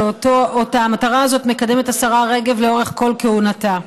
שאת המטרה הזאת מקדמת השרה רגב לאורך כל כהונתה: